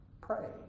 Pray